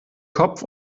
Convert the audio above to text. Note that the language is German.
kopf